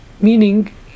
meaning